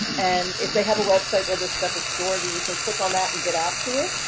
and if they have a website where this stuff is stored where you can click on that and get out to it,